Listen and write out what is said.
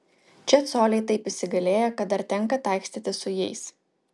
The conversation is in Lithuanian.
čia coliai taip įsigalėję kad dar tenka taikstytis su jais